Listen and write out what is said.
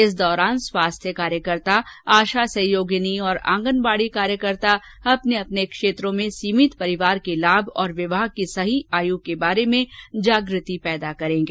इस दौरान स्वास्थ्य कार्यकर्ता आषा सहयोगिनियां और आंगनबाड़ी कार्यकर्ता अपने क्षेत्र में सीमित परिवार के लाभ और विवाह की सही आयु के बारे में जागृति पैदा करेंगे